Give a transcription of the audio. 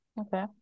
Okay